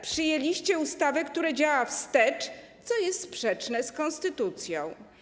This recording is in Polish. Przyjęliście ustawę, która działa wstecz, co jest sprzeczne z konstytucją.